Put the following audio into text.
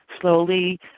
slowly